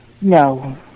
No